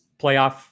playoff